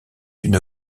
une